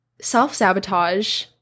self-sabotage